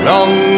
Long